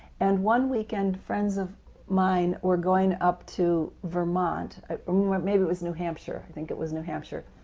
and one weekend, friends of mine were going up to vermont, i mean or maybe it was new hampshire, i think it was new hampshire.